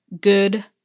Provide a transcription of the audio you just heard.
Good